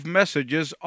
messages